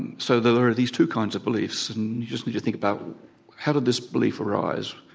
and so there are these two kinds of beliefs and you just need to think about how did this belief arise,